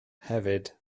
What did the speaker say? hefyd